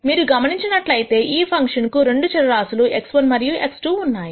మీరు గమనించినట్లయితే ఈ ఫంక్షన్ కు రెండు చర రాశులు x1 మరియు x2 ఉన్నాయి